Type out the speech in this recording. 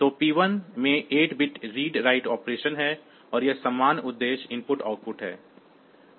तो P1 में 8 bit read write operation है और यह सामान्य उद्देश्य IO है